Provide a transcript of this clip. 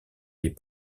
les